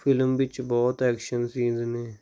film ਵਿੱਚ ਬਹੁਤ action scenes ਨੇ